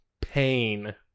Pain